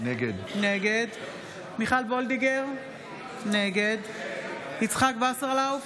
נגד מיכל מרים וולדיגר, נגד יצחק שמעון וסרלאוף,